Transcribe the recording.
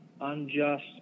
unjust